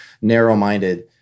narrow-minded